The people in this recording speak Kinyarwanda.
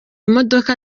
imodoka